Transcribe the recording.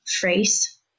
phrase